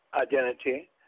identity